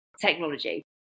technology